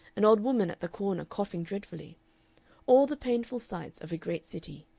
an old woman at the corner coughing dreadfully all the painful sights of great city,